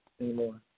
anymore